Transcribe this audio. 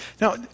Now